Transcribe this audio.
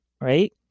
right